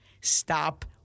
Stop